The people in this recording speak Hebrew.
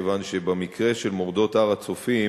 כי במקרה של מורדות הר-הצופים,